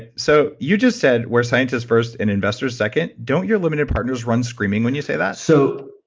ah so, you just said, we're scientists first and investors second. don't your limited partners run screaming when you say that? so,